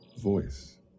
voice